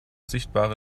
sichtbare